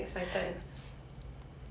!huh!